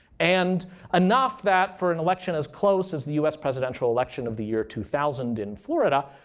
and enough that, for an election as close as the us presidential election of the year two thousand in florida,